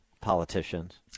politicians